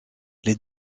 les